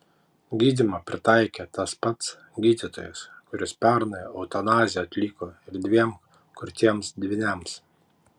gydymą pritaikė tas pats gydytojas kuris pernai eutanaziją atliko ir dviem kurtiems dvyniams